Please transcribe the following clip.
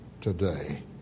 today